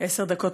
עשר דקות.